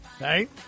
Right